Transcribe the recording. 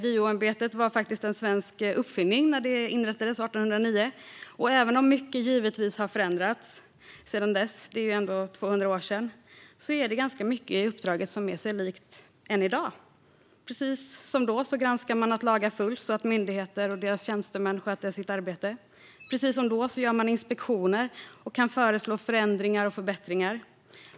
JO-ämbetet var en svensk uppfinning när det inrättades 1809. Även om mycket givetvis har förändrats sedan dess - det är ändå över 200 år sedan - är det ganska mycket i uppdraget som är sig likt än i dag. Precis som då granskar man att lagar följs och att myndigheter och deras tjänstemän sköter sitt arbete. Precis som då gör man inspektioner och kan föreslå förändringar och förbättringar.